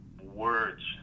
words